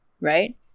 right